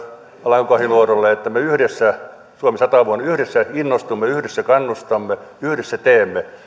alanko kahiluoto että me suomi sata vuonna yhdessä innostumme ja yhdessä kannustamme yhdessä teemme